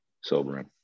sobering